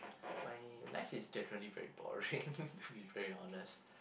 my life is definitely very boring to be very honest